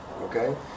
Okay